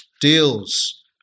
deals